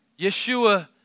Yeshua